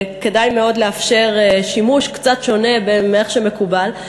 כדאי מאוד לאפשר שימוש קצת שונה בהם מכפי שמקובל.